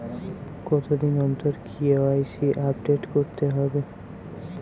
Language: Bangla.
কতদিন অন্তর কে.ওয়াই.সি আপডেট করতে হবে?